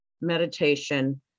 meditation